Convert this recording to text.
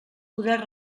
poder